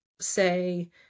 say